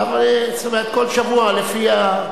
כל שבוע לפי,